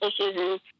issues